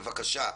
בבקשה,